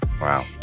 Wow